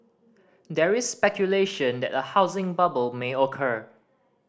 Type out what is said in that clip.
there is speculation that a housing bubble may occur